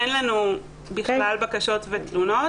אין לנו בכלל בקשות ותלונות.